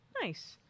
Nice